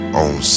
on